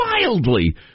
wildly